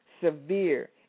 severe